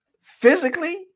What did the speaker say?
physically